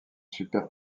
super